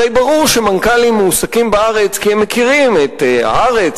הרי ברור שמנכ"לים מועסקים בארץ כי הם מכירים את הארץ,